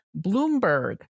Bloomberg